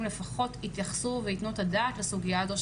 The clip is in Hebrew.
לפחות יתייחסו ויתנו את הדעת לסוגיה הזאת,